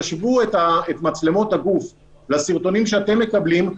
תשוו את מצלמות הגוף לסרטונים שאתם מקבלים,